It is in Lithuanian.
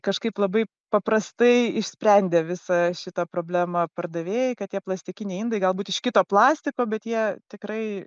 kažkaip labai paprastai išsprendė visą šitą problemą pardavėjai kad tie plastikiniai indai galbūt iš kito plastiko bet jie tikrai